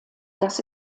das